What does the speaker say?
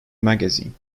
magazine